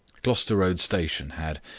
gloucester road station had,